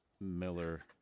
Miller